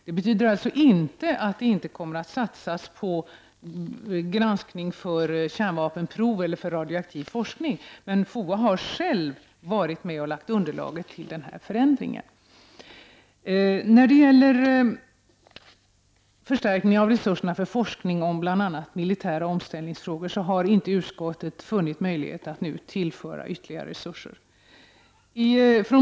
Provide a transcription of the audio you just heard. Det betyder inte att det inte kommer att satsas på bevakning av radioaktivt nedfall t.ex. efter kärnvapenprov, men FOA har själv lagt fram underlaget för den här förändringen. När det gäller förslaget om förstärkning av resurserna för forskning om bl.a. militära omställningsfrågor har utskottet inte funnit möjligheter att nu tillföra ytterligare resurser.